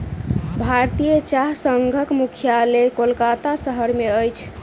भारतीय चाह संघक मुख्यालय कोलकाता शहर में अछि